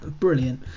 brilliant